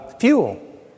fuel